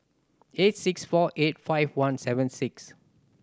eight six four eight five one seven six